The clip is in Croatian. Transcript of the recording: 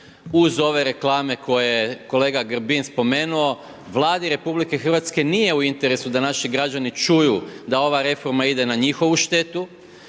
Uz ove reklame koje je kolega Grbin spomenuo, Vladi RH nije u interesu da naši građani čuju da ova reforma ide na njihovu štetu,